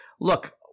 look